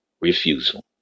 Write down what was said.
refusal